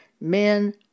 men